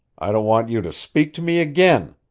i don't want you to speak to me again!